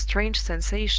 a strange sensation,